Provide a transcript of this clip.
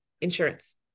insurance